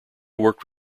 worked